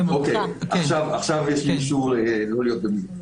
עכשיו יש לי אישור לא להיות ב-mute.